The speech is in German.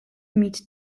mit